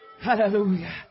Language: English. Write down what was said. Hallelujah